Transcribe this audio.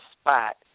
spot